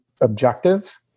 objective